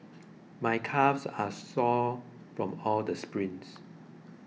my calves are sore from all the sprints